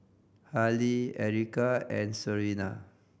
Hailie Erykah and Serena